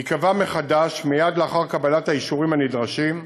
ייקבע מחדש מייד לאחר קבלת האישורים הנדרשים,